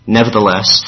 Nevertheless